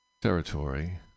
territory